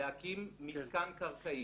להקים מתקן קרקעי.